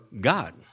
God